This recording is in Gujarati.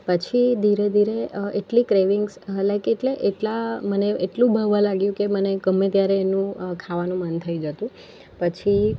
પછી ધીરે ધીરે એટલી ક્રેવિંગ્સ હલક એટલે એટલા મને એટલું ભાવવા લાગ્યું કે મને ગમે ત્યારે એનું ખાવાનું મન થઈ જતું પછી